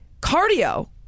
cardio